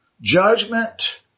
judgment